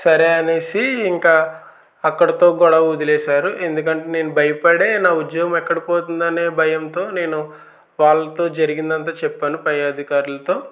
సరే అనేసి ఇంకా అక్కడితో గొడవ వదిలేసారు ఎందుకంటే నేను భయపడే నా ఉద్యోగం ఎక్కడ పోతుందనే భయంతో నేను వాళ్ళతో జరిగిందంతా చెప్పాను పై అధికారులతో